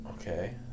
Okay